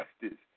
justice